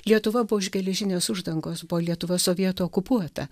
lietuva buvo už geležinės uždangos buvo lietuva sovietų okupuota